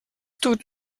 tut